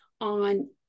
on